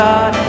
God